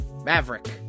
Maverick